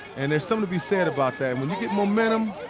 and there's something to be said about that. when you get momentum,